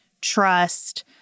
trust